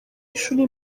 ishuri